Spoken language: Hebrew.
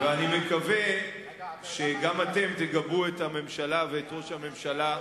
אני מקווה שגם אתם תגבו את הממשלה ואת ראש הממשלה.